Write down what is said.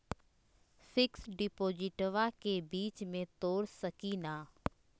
Fix डिपोजिटबा के बीच में तोड़ सकी ना?